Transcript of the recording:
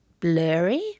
Blurry